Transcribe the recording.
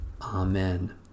Amen